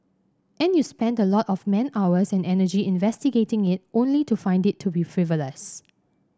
and you spend a lot of man hours and energy investigating it only to find it to be frivolous